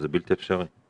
זה בלתי אפשרי.